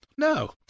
No